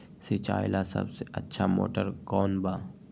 सिंचाई ला सबसे अच्छा मोटर कौन बा?